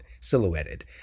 silhouetted